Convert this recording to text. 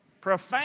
Profane